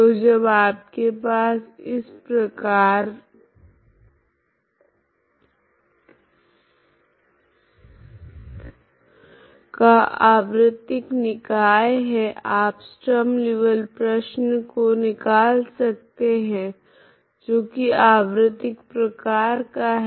तो जब आपके पास इस प्रकार का आवृतिक निकाय है आप स्ट्रीम लीऔविल्ले प्रश्न को निकाल सकते है जो की आवृतिक प्रकार का है